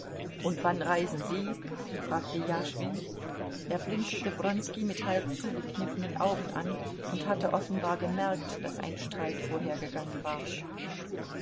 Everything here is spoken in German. und wann reisen sie fragte jaschwin er blinzelte wronski mit halb zugekniffenen augen an und hatte offenbar gemerkt daß ein streit vorhergegangen war